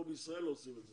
פה בישראל לא עושים את זה.